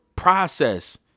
process